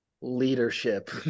Leadership